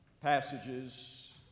passages